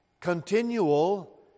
continual